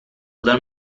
dal